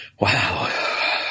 Wow